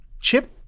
Chip